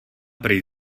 prý